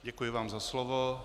Děkuji vám za slovo.